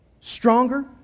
stronger